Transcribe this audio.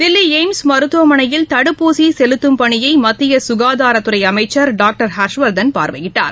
தில்லிளப்ம்ஸ் மருத்துவமனையில் தடுப்பூசிசெலுத்தும் பனியைமத்தியசுகாதாரத்துறைஅமைச்ச் டாங்டர் ஹர்ஷ்வர்தன் பார்வையிட்டார்